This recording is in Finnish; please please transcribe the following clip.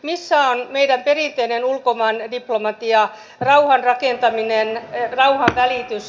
missä on meidän perinteinen ulkomaan diplomatia rauhan rakentaminen rauhanvälitys